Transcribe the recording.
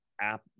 App